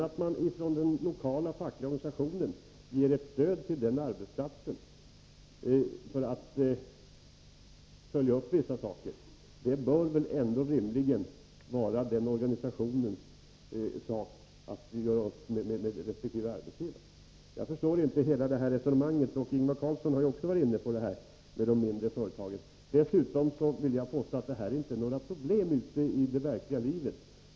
Att den lokala fackliga organisationen sedan ger ett stöd till den arbetsplatsen för att följa upp vissa saker bör rimligen den organisationen kunna göra upp med resp. arbetsgivare om. Jag förstår inte hela detta resonemang — Ingvar Karlsson i Bengtsfors har ju också varit inne på detta med MBL och de mindre företagen. Jag vill dessutom påstå att detta inte är något problem ute i det verkliga livet.